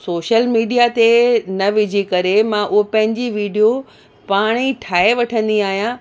social media ते न विझी करे मां उहो पंहिंजी वीडियो पाण ई ठाहे वठंदी आहियां